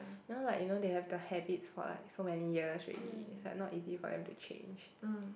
you know like you know they have the habits for like so many years already it's like not easy for them to change